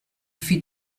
feed